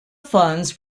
funds